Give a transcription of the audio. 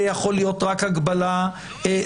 זה יכול להיות רק הגבלה זמנית.